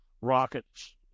rockets